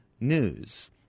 News